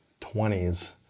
20s